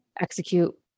execute